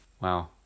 Wow